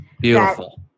Beautiful